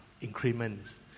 increments